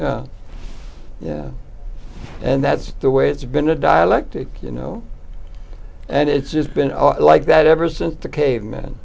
think yeah and that's the way it's been a dialectic you know and it's been like that ever since the caveman